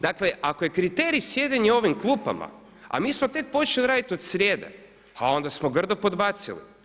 Dakle ako je kriterij sjedenje u ovim klupama, a mi smo tek počeli raditi od srijedi, a onda smo grdo podbacili.